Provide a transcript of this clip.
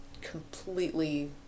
completely